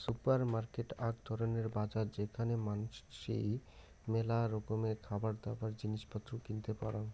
supermarket আক ধরণের বাজার যেখানে মানাসি মেলা রকমের খাবারদাবার, জিনিস পত্র কিনতে পারং